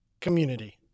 community